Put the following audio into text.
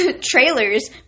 Trailers